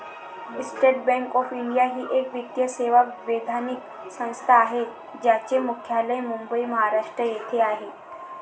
state Bank of India ही एक वित्तीय सेवा वैधानिक संस्था आहे ज्याचे मुख्यालय मुंबई, महाराष्ट्र येथे आहे